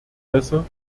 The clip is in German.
besser